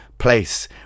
place